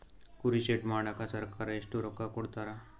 ಕುರಿ ಶೆಡ್ ಮಾಡಕ ಸರ್ಕಾರ ಎಷ್ಟು ರೊಕ್ಕ ಕೊಡ್ತಾರ?